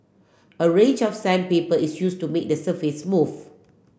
a range of sandpaper is used to make the surface smooth